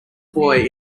boy